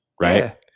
right